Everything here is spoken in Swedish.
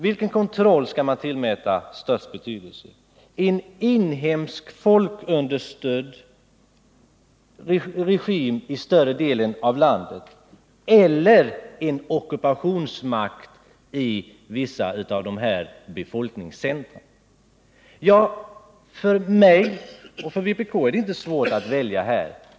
Vilken kontroll skall man då tillmäta störst betydelse? Är det en inhemsk folkunderstödd regim i större delen av landet eller en ockupationsmakt i vissa av dessa befolkningscentra? Ja, för mig och för vpk är det inte svårt att välja.